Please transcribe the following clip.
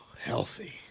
Healthy